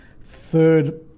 third